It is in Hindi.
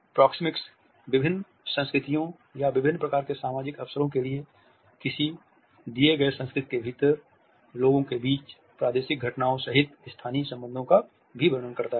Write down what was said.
प्रॉक्सिमिक्स विभिन्न संस्कृतियों या विभिन्न प्रकार के सामाजिक अवसरों के लिए किसी दिए गए संस्कृति के भीतर लोगों के बीच प्रादेशिक घटनाओं सहित स्थानीय संबंधों का भी वर्णन करता है